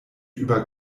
über